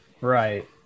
Right